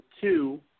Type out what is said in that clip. two